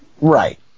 Right